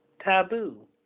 taboo